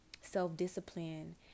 self-discipline